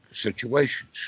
situations